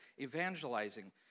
evangelizing